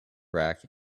rack